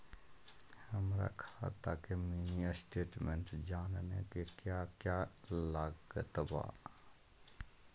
हमरा खाता के मिनी स्टेटमेंट जानने के क्या क्या लागत बा?